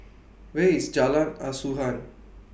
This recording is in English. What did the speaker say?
Where IS Jalan Asuhan